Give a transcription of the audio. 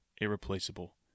irreplaceable